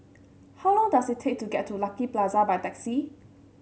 how long does it take to get to Lucky Plaza by taxi